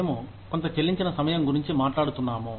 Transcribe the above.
మేము కొంత చెల్లించిన సమయం గురించి మాట్లాడుతున్నాము